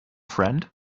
friend